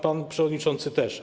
Pan przewodniczący też.